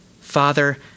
Father